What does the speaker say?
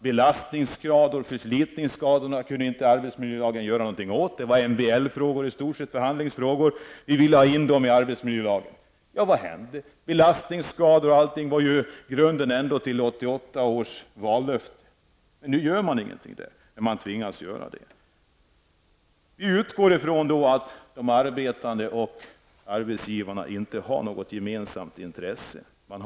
Arbetsmiljölagen kunde inte göra något åt belastningsskador och förslitningsskador. Det var i stort sett förhandlingsfrågor och MBL-frågor. Vi ville ha in dessa frågor i arbetsmiljölagen. Vad hände? Hanteringen av belastningsskador utgjorde ändock grunden för 1988 års vallöften, men nu gör man ingenting. Vi utgår ifrån att de arbetande och arbetsgivarna inte har något gemensamt intresse.